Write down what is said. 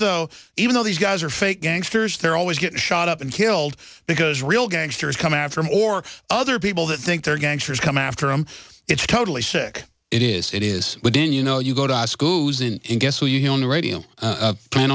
though even though these guys are fake gangsters they're always getting shot up and killed because real gangsters come after him or other people that think they're gangsters come after him it's totally sick it is it is but then you know you go to school and guess what you hear on the radio